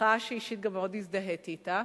מחאה שאישית גם מאוד הזדהיתי אתה.